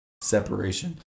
separation